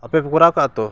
ᱟᱯᱮ ᱯᱮ ᱠᱚᱨᱟᱣ ᱟᱠᱟᱫᱼᱟ ᱛᱚ